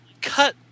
cut